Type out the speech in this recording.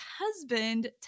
husband